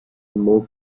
more